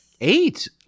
Eight